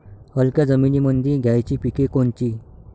हलक्या जमीनीमंदी घ्यायची पिके कोनची?